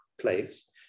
place